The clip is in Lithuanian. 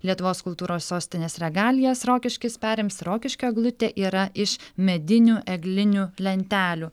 lietuvos kultūros sostinės regalijas rokiškis perims rokiškio eglutė yra iš medinių eglinių lentelių